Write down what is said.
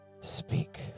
Speak